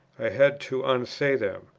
i had to unsay them.